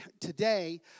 today